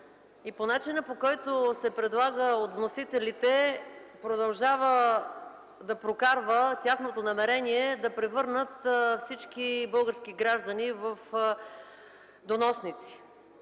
Начинът, по който се предлага от вносителите, продължава да прокарва намерението им да превърнат всички български граждани в доносници.